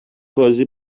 بازی